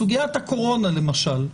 בסוגיית הקורונה למשל,